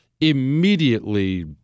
immediately